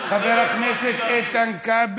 אתה מבין ערבית יותר טוב